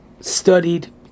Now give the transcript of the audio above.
studied